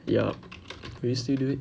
ya will you still do it